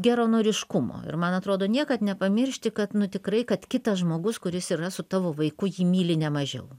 geranoriškumo ir man atrodo niekad nepamiršti kad nu tikrai kad kitas žmogus kuris yra su tavo vaiku jį myli ne mažiau